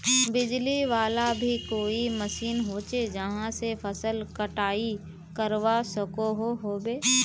बिजली वाला भी कोई मशीन होचे जहा से फसल कटाई करवा सकोहो होबे?